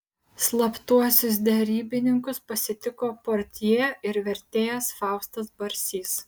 slaptuosius derybininkus pasitiko portjė ir vertėjas faustas barsys